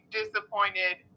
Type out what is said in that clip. disappointed